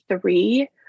three